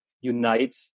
unite